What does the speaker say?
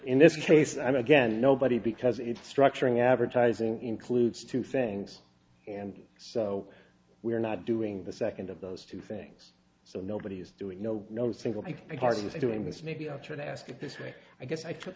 is case i'm again nobody because it's structuring advertising includes two things and so we're not doing the second of those two things so nobody is doing no no single my card is doing this maybe i'll try to ask it this way i guess i took